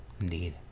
Indeed